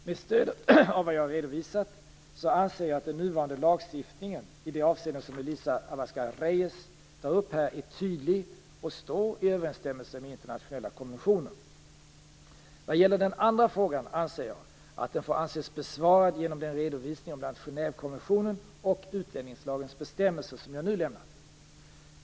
Med stöd av det jag redovisat anser jag att den nuvarande lagstiftningen i de avseenden som Elisa Abascal Reyes tar upp är tydlig och står i överensstämmelse med internationella konventioner. Vad gäller den andra frågan anser jag att den får anses besvarad genom den redovisning om bl.a. Genèvekonventionens och utlänningslagens bestämmelser som jag nu lämnat.